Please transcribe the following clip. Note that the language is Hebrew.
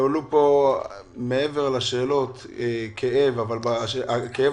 הועלה כאן מעבר לשאלות כאב אבל הכאב